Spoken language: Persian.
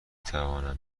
توانم